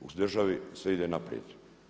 u državi se ide naprijed.